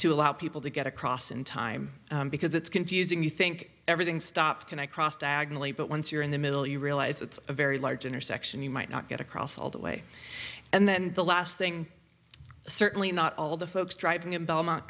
to allow people to get across in time because it's confusing you think everything stopped and i crossed agnelli but once you're in the middle you realize it's a very large intersection you might not get across all that way and then the last thing certainly not all the folks driving in belmont